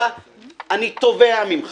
אני תובע ממך,